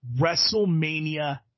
WrestleMania